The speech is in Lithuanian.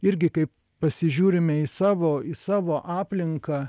irgi kaip pasižiūrime į savo į savo aplinką